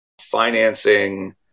financing